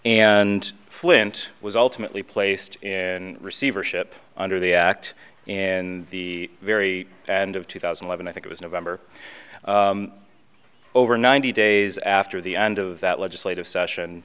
and flint was ultimately placed in receivership under the act and the very end of two thousand and seven i think it was november over ninety days after the end of that legislative session